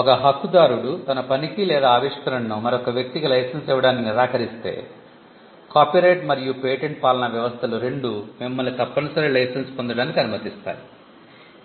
ఒక హక్కుదారుడు తన పనికి లేదా ఆవిష్కరణను మరొక వ్యక్తికి లైసెన్స్ ఇవ్వడానికి నిరాకరిస్తే కాపీరైట్ మరియు పేటెంట్ పాలనా వ్యవస్థలు రెండూ మిమ్మల్ని తప్పనిసరి లైసెన్స్ పొందటానికి అనుమతిస్తాయి